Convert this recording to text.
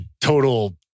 total